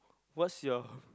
what's your